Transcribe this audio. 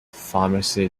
pharmacy